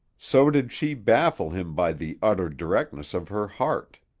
so did she baffle him by the utter directness of her heart.